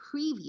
preview